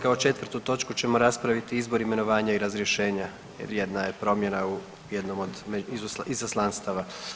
Kao četvrtu točku ćemo raspraviti Izbor, imenovanja i razrješenja jer jedna je promjena u jednom od izaslanstava.